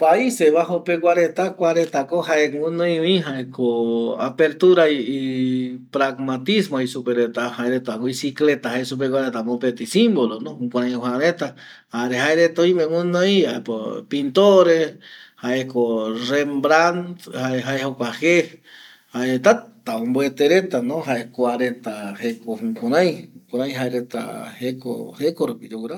Paise bajo peguareta kuaretako jae guinoivi jaeko apertura y pracmatismo jei supe reta bicicleta jae supegua reta jae mopeti simbolono jukurai ojä reta jare ajereta oime guɨnoi äpo pintore jaeko rembran jae jokua jee jae täta omboete retano jae kuareta jeko jukurai jaereta jeko rupi yoguɨra